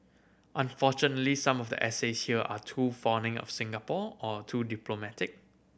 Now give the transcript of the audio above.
unfortunately some of the essays here are too fawning of Singapore or too diplomatic